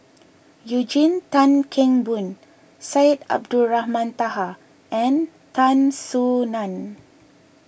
Eugene Tan Kheng Boon Syed Abdulrahman Taha and Tan Soo Nan